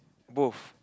both